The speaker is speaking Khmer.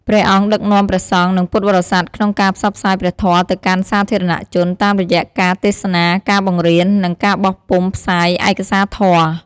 ព្រះអង្គដឹកនាំព្រះសង្ឃ និងពុទ្ធបរិស័ទក្នុងការផ្សព្វផ្សាយព្រះធម៌ទៅកាន់សាធារណជន តាមរយៈការទេសនា ការបង្រៀន និងការបោះពុម្ពផ្សាយឯកសារធម៌។